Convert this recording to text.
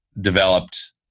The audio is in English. developed